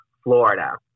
Florida